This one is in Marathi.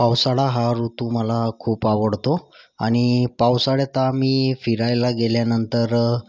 पावसाळा हा ऋतू मला खूप आवडतो आणि पावसाळ्यात आम्ही फिरायला गेल्यानंतर